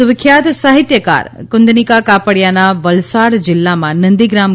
સુવિખ્યાત સાહિત્યકાર કુન્દનિકા કાપડિયાના વલસાડ જિલ્લામાં નંદીગ્રામ